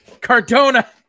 Cardona